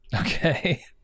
Okay